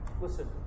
Listen